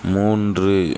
மூன்று